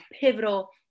pivotal